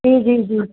जी जी जी